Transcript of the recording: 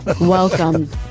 Welcome